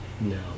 No